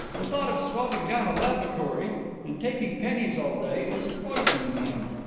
the thought of swabbing down a lavatory and taking pennies all day is poisoning him.